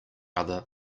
other